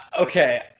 Okay